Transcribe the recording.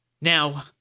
Now